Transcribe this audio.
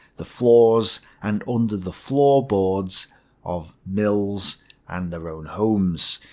the floors and under the floorboards of mills and their own homes.